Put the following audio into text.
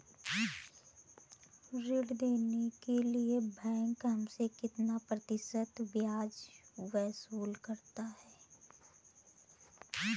ऋण देने के लिए बैंक हमसे कितना प्रतिशत ब्याज वसूल करता है?